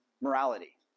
morality